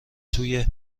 توی